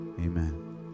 Amen